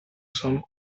some